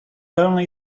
only